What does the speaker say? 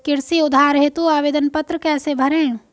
कृषि उधार हेतु आवेदन पत्र कैसे भरें?